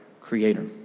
creator